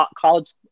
college